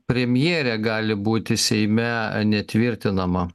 premjerė gali būti seime netvirtinama